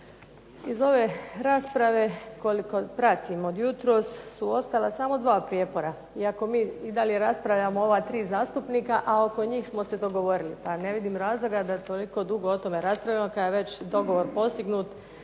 Iz ove rasprave, koliko pratim od jutros su ostala samo dva prijepora, i ako mi dalje raspravljamo tri zastupnika a oko njih smo se dogovorili, pa ne vidim razloga da toliko dugo o tome raspravljamo, ako je već dogovor postignut.